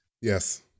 Yes